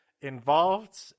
involved